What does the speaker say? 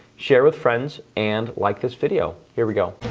share with friends, and like this video, here we go.